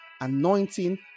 anointing